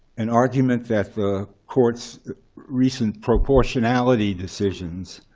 an argument that the court's recent proportionality decisions